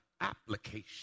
application